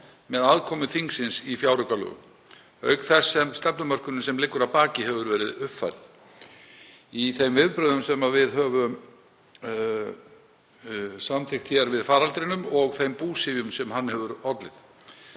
með aðkomu þingsins í fjáraukalögum, auk þess sem stefnumörkunin sem liggur að baki hefur verið uppfærð í þeim viðbrögðum sem við höfum samþykkt hér við faraldrinum og þeim búsifjum sem hann hefur valdið.